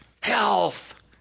Health